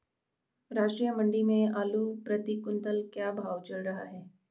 राष्ट्रीय मंडी में आलू प्रति कुन्तल का क्या भाव चल रहा है?